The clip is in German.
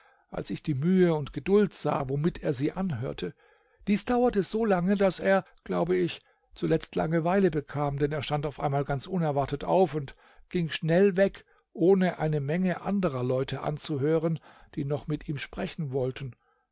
als ich die mühe und geduld sah womit er sie anhörte dies dauerte solange daß er glaube ich zuletzt langeweile bekam denn er stand auf einmal ganz unerwartet auf und ging schnell weg ohne eine menge anderer leute anzuhören die noch mit ihm sprechen wollten